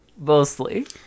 Mostly